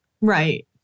Right